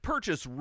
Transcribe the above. Purchase